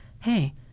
hey